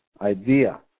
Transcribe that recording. idea